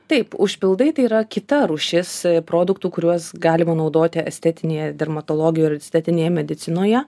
taip užpildai tai yra kita rūšis produktų kuriuos galima naudoti estetinėje dermatologijoj ir estetinėje medicinoje